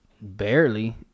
barely